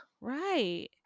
Right